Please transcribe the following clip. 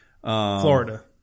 Florida